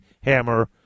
hammer